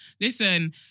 Listen